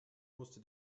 musste